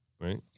Right